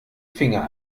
finger